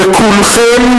וכולכם,